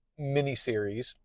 miniseries